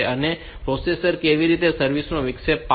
હવે પ્રોસેસર કેવી રીતે સર્વિસમાં વિક્ષેપ પાડશે